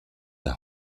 der